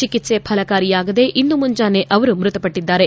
ಚಿಕಿತ್ವೆ ಫಲಕಾರಿಯಾಗದೆ ಇಂದು ಮುಂಜಾನೆ ಅವರು ಮೃತಪಟ್ಟಿದ್ದಾರೆ